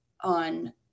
on